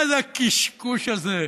מה זה הקשקוש הזה?